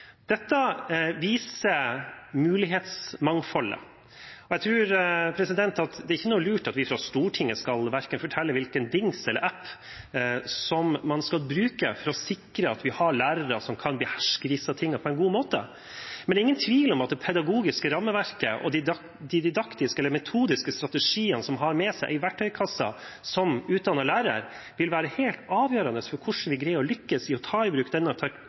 Dette viser mulighetsmangfoldet. Jeg tror at det ikke er noe lurt at vi fra Stortinget skal fortelle hvilken dings eller app man skal bruke for å sikre at vi har lærere som kan beherske disse tingene på en god måte. Men det er ingen tvil om at det pedagogiske rammeverket og de didaktiske eller metodiske strategiene som utdannede lærere har med seg i verktøykassa, vil være helt avgjørende for hvordan vi greier å lykkes i å ta i bruk denne